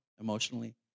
emotionally